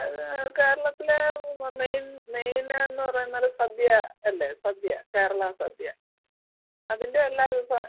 അത് കേരളത്തിലെ മെയിൻ മെയിന് എന്ന് പറയുന്നത് സദ്യ അല്ലേ സദ്യ കേരള സദ്യ അതിൻ്റെ എല്ലാ വിഭവം